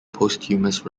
posthumous